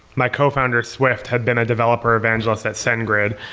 my co-founder, swift, had been a developer evangelist at sendgrid.